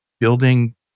building